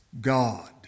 God